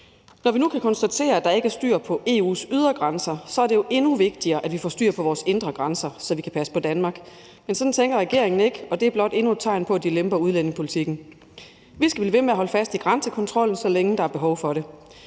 Når vi nu kan konstatere, at der ikke er styr på EU's ydre grænser, er det jo endnu vigtigere, at vi får styr på vores indre grænser, så vi kan passe på Danmark. Men sådan tænker regeringen ikke, og det er blot endnu et tegn på, at de lemper udlændingepolitikken. Vi skal blive ved med at holde fast i grænsekontrollen, så længe der er behov for det.